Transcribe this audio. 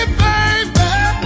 baby